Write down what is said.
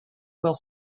while